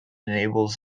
enables